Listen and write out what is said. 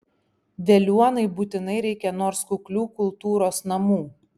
veliuonai būtinai reikia nors kuklių kultūros namų